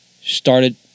started